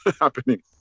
happening